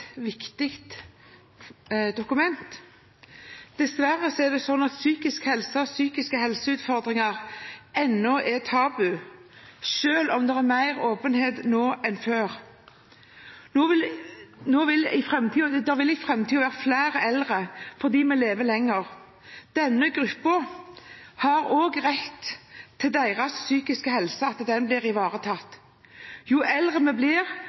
viktig dokument. Dessverre er psykisk helse og psykiske helseutfordringer ennå tabu, selv om det er mer åpenhet nå enn før. Det vil i framtiden være flere eldre, fordi vi lever lenger. Denne gruppen har også rett til å få sin psykiske helse ivaretatt. Jo eldre vi blir,